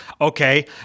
Okay